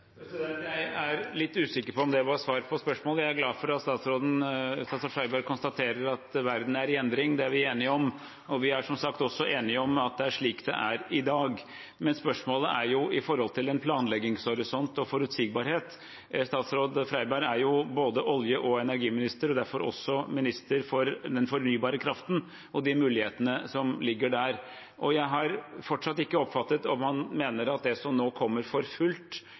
Jeg er litt usikker på om det var svar på spørsmålet. Jeg er glad for at statsråd Freiberg konstaterer at verden er i endring – det er vi enige om. Vi er som sagt også enige om at det er slik det er i dag. Men spørsmålet handler jo om planleggingshorisont og forutsigbarhet. Statsråd Freiberg er både olje- og energiminister og derfor også minister for den fornybare kraften og de mulighetene som ligger der. Jeg har fortsatt ikke oppfattet om han mener at det som nå kommer for fullt